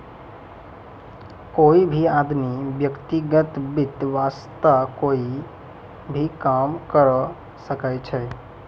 कोई भी आदमी व्यक्तिगत वित्त वास्तअ कोई भी काम करअ सकय छै